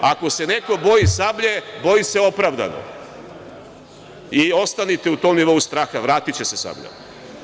Ako se neko boji „Sablje“, boji se opravdano i ostanite u tom nivou straha, vratiće se „Sablja“